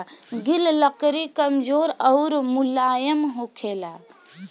गिल लकड़ी कमजोर अउर मुलायम होखेला